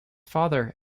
father